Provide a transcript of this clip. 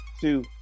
two